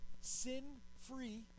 sin-free